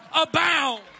abound